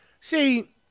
See